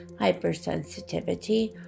hypersensitivity